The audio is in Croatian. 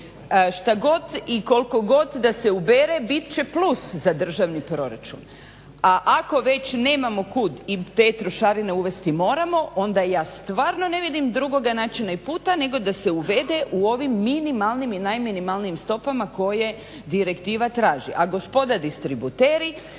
Šta god i koliko god da se ubere bit će plus za državni proračun, a ako već nemamo kud i te trošarine uvesti moramo onda ja stvarno ne vidim drugoga načina i puta nego da se uvede u ovim minimalnim i najminimalnijim stopama koje direktiva traži. A gospoda distributeri